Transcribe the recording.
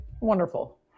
Wonderful